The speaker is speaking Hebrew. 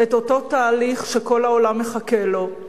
את אותו תהליך שכל העולם מחכה לו,